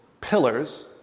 pillars